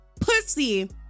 pussy